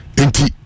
enti